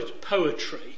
poetry